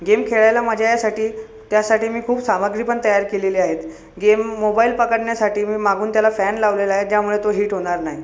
game खेळायला मजा यायसाठी त्यासाठी मी खूप सामग्रीपण तयार केलेली आहे गेम मोबाइल पकडण्यासाठी मी मागून त्याला फॅन लावलेला आहे ज्यामुळे तो हीट होणार नाही